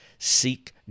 seek